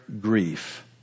grief